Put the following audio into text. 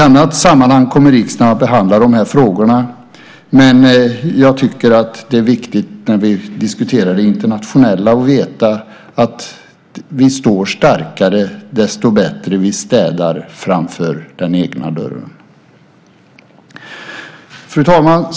Riksdagen kommer att behandla dessa frågor i annat sammanhang, men jag tycker att det är viktigt att när vi diskuterar internationella frågor veta att vi står starkare desto bättre vi städar framför den egna dörren. Fru talman!